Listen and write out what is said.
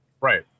Right